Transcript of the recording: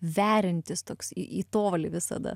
veriantis toks į tolį visada